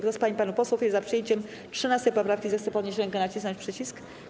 Kto z pań i panów posłów jest za przyjęciem 13. poprawki, zechce podnieść rękę i nacisnąć przycisk.